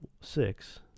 six